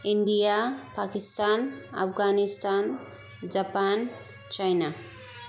India Pakistan Afghanistan Japan China